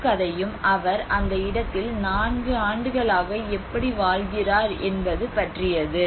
முழு கதையும் அவர் அந்த இடத்தில் 4 ஆண்டுகளாக எப்படி வாழ்கிறார் என்பது பற்றியது